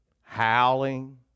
Howling